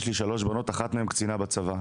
יש לי שלוש בנות ואחת מהן קצינה בצבא.